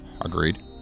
Agreed